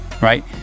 right